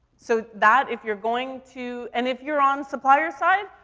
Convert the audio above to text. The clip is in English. so that, if you're going to and if you're on supplier side,